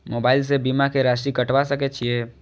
Mobile से बीमा के राशि कटवा सके छिऐ?